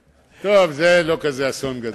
טוב, זה לא כזה אסון גדול.